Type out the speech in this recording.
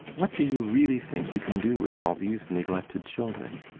what do you really think you can do with all these neglected children?